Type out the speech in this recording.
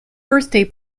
birthday